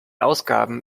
ausgaben